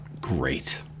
Great